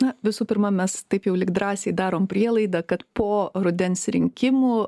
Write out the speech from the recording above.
na visų pirma mes taip jau lyg drąsiai darom prielaidą kad po rudens rinkimų